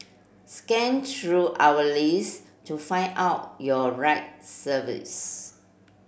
scan through our list to find out your right service